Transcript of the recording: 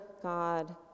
God